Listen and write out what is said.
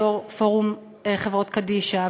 יושב-ראש פורום חברות קדישא,